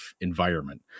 environment